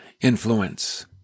influence